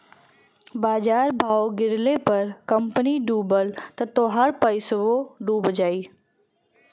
बाजार भाव गिरले पर कंपनी डूबल त तोहार पइसवो डूब जाई